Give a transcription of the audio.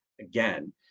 again